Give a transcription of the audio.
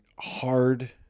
hard